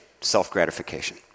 self-gratification